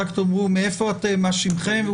אז רק תאמרו מאיפה אתם, מה שמכם.